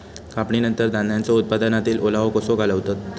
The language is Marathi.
कापणीनंतर धान्यांचो उत्पादनातील ओलावो कसो घालवतत?